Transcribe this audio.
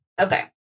Okay